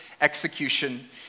execution